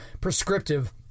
prescriptive